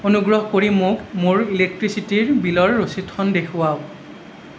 অনুগ্ৰহ কৰি মোক মোৰ ইলেক্ট্ৰিচিটীৰ বিলৰ ৰচিদখন দেখুৱাওক